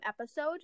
episode